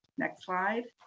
next slide.